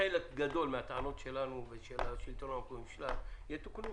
חלק גדול מהטענות שלנו ושל השלטון המקומי יטופלו.